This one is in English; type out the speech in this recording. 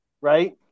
right